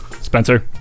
Spencer